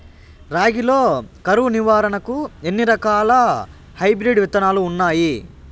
రాగి లో కరువు నివారణకు ఎన్ని రకాల హైబ్రిడ్ విత్తనాలు ఉన్నాయి